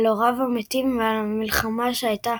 על הוריו המתים ועל המלחמה שהייתה